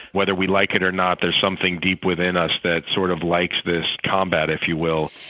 whether we like it or not, there's something deep within us that sort of likes this combat, if you will.